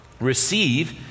receive